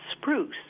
spruce